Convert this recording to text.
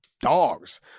dogs